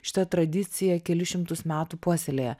šitą tradiciją kelis šimtus metų puoselėja